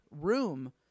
room